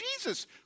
Jesus